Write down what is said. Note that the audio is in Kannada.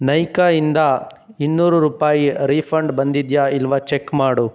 ನೈಕಾ ಇಂದ ಇನ್ನೂರು ರುಪಾಯಿ ರಿಫಂಡ್ ಬಂದಿದೆಯಾ ಇಲ್ವ ಚೆಕ್ ಮಾಡು